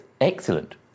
excellent